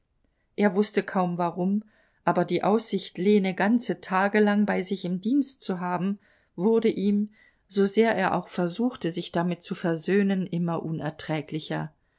er wußte kaum warum aber die aussicht lene ganze tage lang bei sich im dienst zu haben wurde ihm so sehr er auch versuchte sich damit zu versöhnen immer unerträglicher